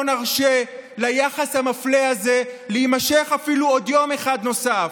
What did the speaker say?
ולא נרשה ליחס המפלה הזה להימשך אפילו עוד יום אחד נוסף.